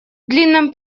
длинном